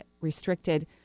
restricted